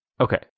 Okay